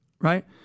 right